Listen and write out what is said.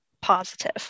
positive